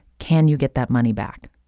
can you get that money back?